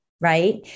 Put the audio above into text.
Right